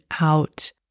out